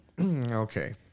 okay